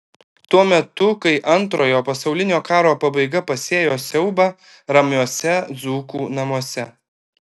tuo metu kai antrojo pasaulinio karo pabaiga pasėjo siaubą ramiuose dzūkų namuose